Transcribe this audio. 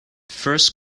first